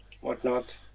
whatnot